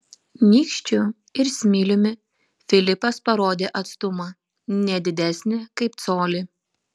nykščiu ir smiliumi filipas parodė atstumą ne didesnį kaip colį